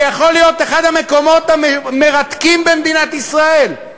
זה יכול להיות אחד המקומות המרתקים במדינת ישראל.